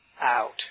out